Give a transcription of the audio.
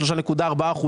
3.4%,